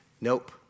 nope